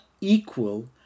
equal